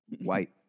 white